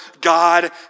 God